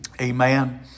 Amen